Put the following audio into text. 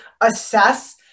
assess